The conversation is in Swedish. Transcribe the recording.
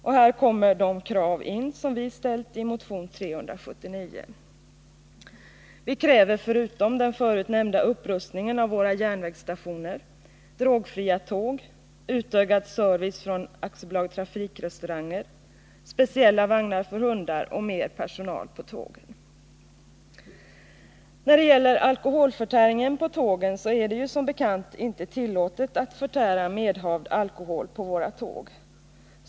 Och här kommer de krav in som vi har ställt i motion 379. Vi kräver, förutom den förut nämnda upprustningen av våra järnvägsstationer, drogfria tåg, utökad service från AB Trafikrestauranger, speciella vagnar för hundar och mer personal på tågen. Det är som bekant inte tillåtet att förtära medhavd alkohol på våra tåg.